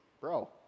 bro